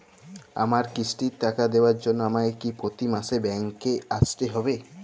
আমার কিস্তির টাকা দেওয়ার জন্য আমাকে কি প্রতি মাসে ব্যাংক আসতে হব?